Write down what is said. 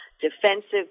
Defensive